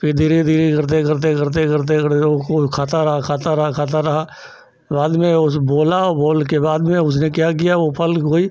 फिर धीरे धीरे धीरे धीरे करते करते करते करते करते वह खाता रहा खाता रहा खाता रहा बाद में उस बोला बोलने के बाद में उसने क्या किया वह फल को ही